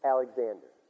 Alexander